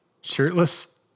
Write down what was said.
shirtless